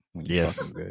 Yes